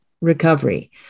recovery